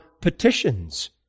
petitions